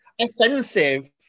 offensive